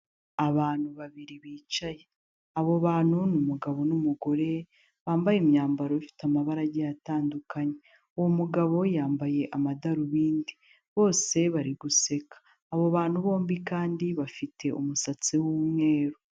Abantu babiri bicaye abo bantu ni umugabo n'umugore bambaye imyambaro ifite amabara agiye atandukanye, uwo mugabo yambaye amadarubindi bose bari guseka abo bantu bombi kandi bafite umusatsi w'umweru.